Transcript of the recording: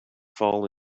fall